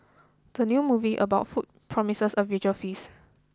the new movie about food promises a visual feast